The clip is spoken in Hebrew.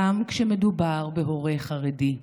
גם כשמדובר בהורה חרדי,